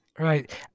Right